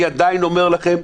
אני עדיין אומר לכם,